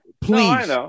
please